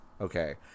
Okay